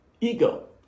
ego